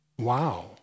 Wow